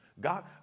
God